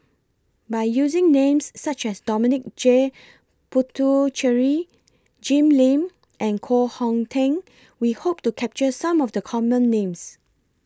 By using Names such as Dominic J Puthucheary Jim Lim and Koh Hong Teng We Hope to capture Some of The Common Names